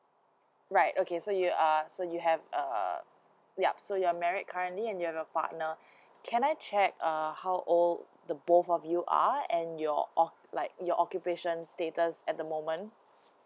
right okay so you are so you have err yup so you're married currently and you have a partner can I check um how old the both of you are and your oc~ like your occupation status at the moment